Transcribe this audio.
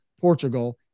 Portugal